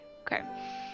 Okay